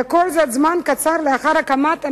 וכל זאת זמן קצר לאחר הקמת המדינה,